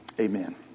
Amen